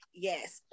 Yes